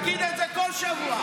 אנחנו נגיד את זה כל שבוע.